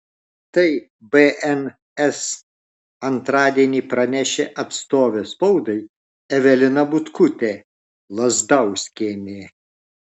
tai bns antradienį pranešė atstovė spaudai evelina butkutė lazdauskienė